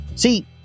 See